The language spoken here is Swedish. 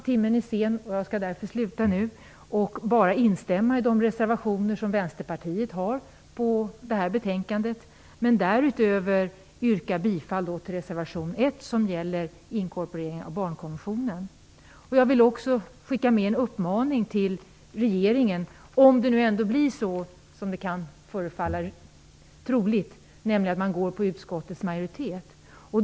Jag skall sluta nu, eftersom timmen är sen, och jag vill bara instämma i de reservationer som Vänsterpartiet har till detta betänkande men därutöver yrka bifall till reservation 1, som gäller inkorporering av barnkonventionen. Jag vill också skicka med en uppmaning till regeringen, om det nu blir så - vilket kan förefalla troligt - att riksdagen beslutar enligt utskottets majoritetsförslag.